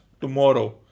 tomorrow